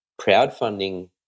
crowdfunding